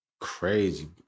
crazy